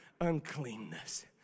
uncleanness